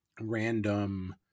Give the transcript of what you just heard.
random